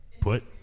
put